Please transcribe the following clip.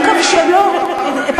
תענה על השאלה, אל תברח ממנה.